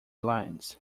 lines